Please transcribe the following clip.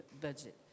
budget